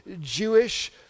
Jewish